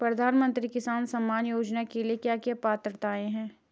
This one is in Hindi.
प्रधानमंत्री किसान सम्मान योजना के लिए क्या क्या पात्रताऐं हैं?